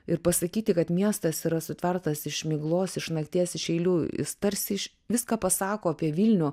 ir pasakyti kad miestas yra sutvertas iš miglos iš nakties iš eilių jis tarsi iš viską pasako apie vilnių